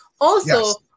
Also-